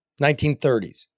1930s